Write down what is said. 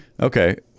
Okay